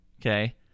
okay